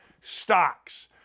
stocks